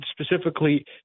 specifically